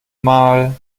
mal